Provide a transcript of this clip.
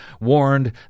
warned